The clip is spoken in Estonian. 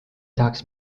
tahaks